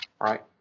right